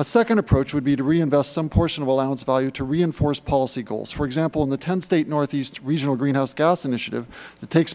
a second approach would be to reinvest some portion of allowance value to reinforce policy goals for example in the ten state northeast regional greenhouse gas initiative that takes